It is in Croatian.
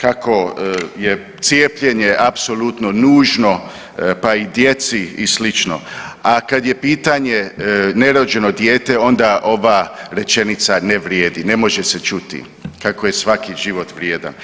kako je cijepljenje apsolutno nužno pa i djeci i slično, a kad je pitanje nerođeno dijete onda ova rečenica ne vrijedi, ne može se čuti, kako je svaki život vrijedan.